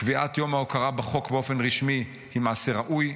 קביעת יום ההוקרה בחוק באופן רשמי היא מעשה ראוי,